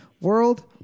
World